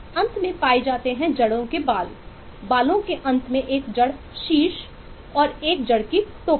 अंत में पाए जाते हैं जड़ के बाल बालों के अंत में एक जड़ शीर्ष और एक जड़ की टोपी